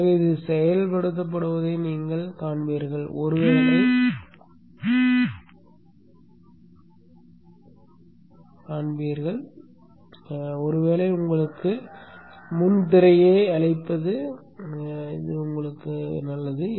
எனவே இது செயல்படுத்தப்படுவதை நீங்கள் காண்பீர்கள் ஒருவேளை உங்களுக்கு முன் திரையை அழிப்பது நல்லது